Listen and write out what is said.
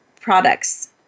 products